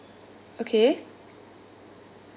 okay